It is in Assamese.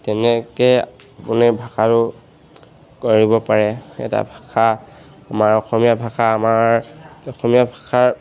তেনেকৈ আপুনি ভাষাটো কৰিব পাৰে এটা ভাষা আমাৰ অসমীয়া ভাষা আমাৰ অসমীয়া ভাষাৰ